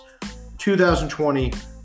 2020